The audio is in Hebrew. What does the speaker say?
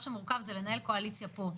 מה שמורכז זה לנהל קואליציה פה.